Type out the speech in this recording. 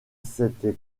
cette